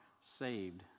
saved